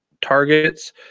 targets